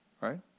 right